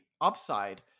upside